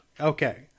Okay